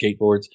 skateboards